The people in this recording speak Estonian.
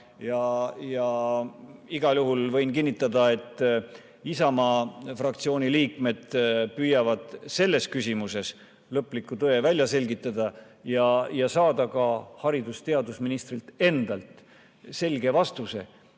Igal juhul võin kinnitada, et Isamaa fraktsiooni liikmed püüavad selles küsimuses lõpliku tõe välja selgitada ja saada ka haridus‑ ja teadusministrilt endalt selge vastuse,